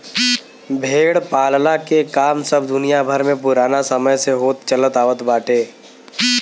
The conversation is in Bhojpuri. भेड़ पालला के काम सब दुनिया भर में पुराना समय से होत चलत आवत बाटे